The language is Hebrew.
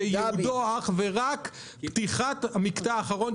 שעניינו אך ורק פתיחת המקטע האחרון,